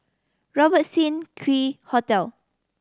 Robertson Quay Hotel